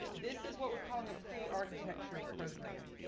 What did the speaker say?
this is what we're calling a pre-architecture program.